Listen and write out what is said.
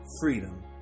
freedom